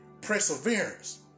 Perseverance